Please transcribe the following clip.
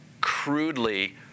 crudely